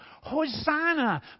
Hosanna